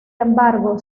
embargo